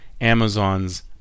Amazon's